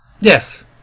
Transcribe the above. Yes